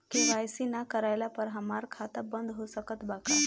KYC ना करवाइला पर हमार खाता बंद हो सकत बा का?